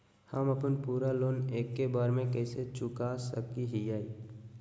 हम अपन पूरा लोन एके बार में कैसे चुका सकई हियई?